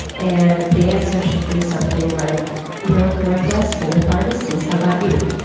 and the answer should be something like north north west in the far distance, how about you?